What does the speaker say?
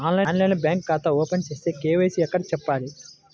ఆన్లైన్లో బ్యాంకు ఖాతా ఓపెన్ చేస్తే, కే.వై.సి ఎక్కడ చెప్పాలి?